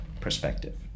perspective